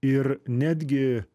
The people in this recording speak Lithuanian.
ir netgi